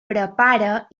prepara